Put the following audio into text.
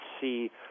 see